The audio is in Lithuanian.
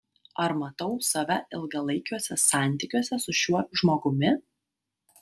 ar matau save ilgalaikiuose santykiuose su šiuo žmogumi